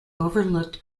overlooked